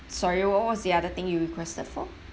sorry what was the other thing you requested for